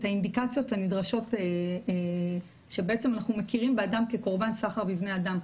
האינדיקציות הנדרשות שבעצם אנחנו מכירים באדם כקורבן סחר בבני אדם.